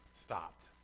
stopped